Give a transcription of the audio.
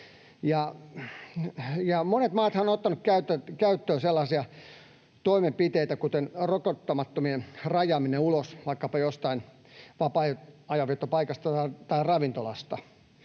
Monet maathan ovat ottaneet käyttöön sellaisia toimenpiteitä kuin rokottamattomien rajaaminen ulos vaikkapa jostain vapaa-ajanviettopaikasta tai ravintolasta,